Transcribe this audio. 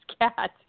cat